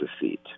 defeat